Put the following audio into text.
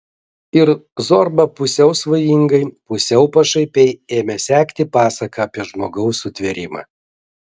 ir zorba pusiau svajingai pusiau pašaipiai ėmė sekti pasaką apie žmogaus sutvėrimą